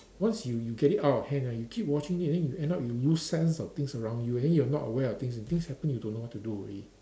once you you get it out of hand ah you keep watching it then you end up you lose sense of things around you and then you are not aware of things and things happen you don't know what to do already